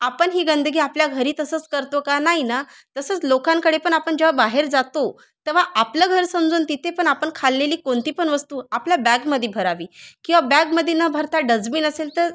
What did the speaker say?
आपण ही गंदगी आपल्या घरी तसंच करतो का नाही ना तसंच लोकांकडे पण आपण जेव्हा बाहेर जातो तेवा आपलं घर समजून तिथे पन आपण खाल्लेली कोणती पण वस्तू आपल्या बॅगमध्ये भरावी किंवा बॅगमध्ये न भरता डस्बिन असेल तर